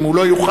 אם הוא לא יוכל,